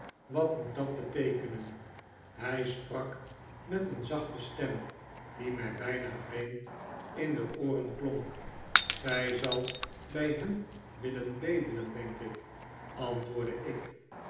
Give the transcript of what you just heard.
wat moet dat beteekenen hij sprak met een zachte stem die mij bijna vreemd in de ooren klonk zij zal bij hen willen bedelen denk ik antwoordde ik